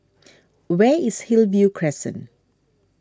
where is Hillview Crescent